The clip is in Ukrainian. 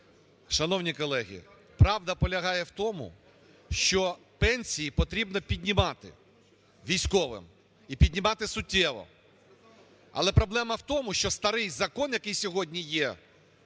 Шановні колеги, правда полягає в тому, що пенсії потрібно піднімати військовим, і піднімати суттєво. Але проблема в тому, що старий закон, який сьогодні є